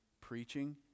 preaching